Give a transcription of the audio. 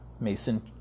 Mason